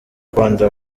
rwanda